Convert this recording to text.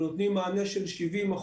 אבל נותנים מענה של 70%,